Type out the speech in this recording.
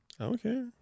Okay